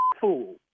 fool